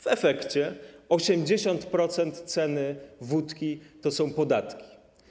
W efekcie 80% ceny wódki to są podatki.